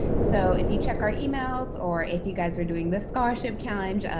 so, if you check our emails or if you guys are doing the scholarship challenge,